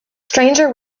stranger